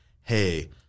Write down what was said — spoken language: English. hey